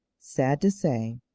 sad to say,